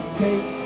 take